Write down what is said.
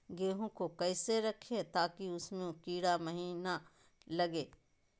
गेंहू को कैसे रखे ताकि उसमे कीड़ा महिना लगे?